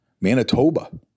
Manitoba